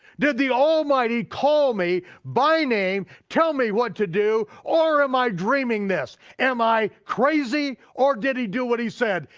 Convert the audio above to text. did the almighty call me by name, tell me what to do, or am i dreaming this? am i crazy or did he do what he said,